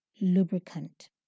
lubricant